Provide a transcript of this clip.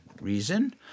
reason